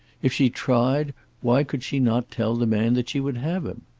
if she tried why could she not tell the man that she would have him?